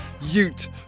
Ute